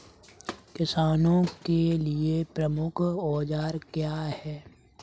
किसानों के लिए प्रमुख औजार क्या हैं?